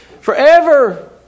forever